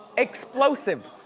explosive.